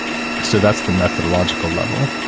so that's the methodological level.